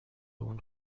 اون